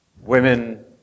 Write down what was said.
Women